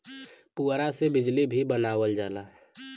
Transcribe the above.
पुवरा से बिजली भी बनावल जाला